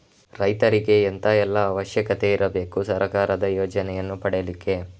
ರೈತರಿಗೆ ಎಂತ ಎಲ್ಲಾ ಅವಶ್ಯಕತೆ ಇರ್ಬೇಕು ಸರ್ಕಾರದ ಯೋಜನೆಯನ್ನು ಪಡೆಲಿಕ್ಕೆ?